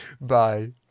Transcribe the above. bye